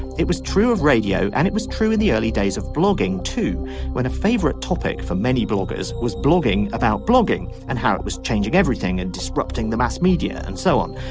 it was true of radio and it was true in the early days of blogging too when a favorite topic for many bloggers was blogging about blogging and how it was changing everything and disrupting the mass media and so on.